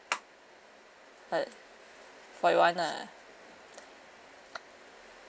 but forty-one ah